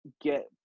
get